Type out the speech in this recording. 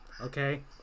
okay